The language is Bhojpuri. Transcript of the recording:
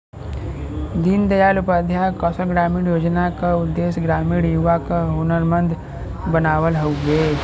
दीन दयाल उपाध्याय कौशल ग्रामीण योजना क उद्देश्य ग्रामीण युवा क हुनरमंद बनावल हउवे